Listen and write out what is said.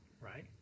right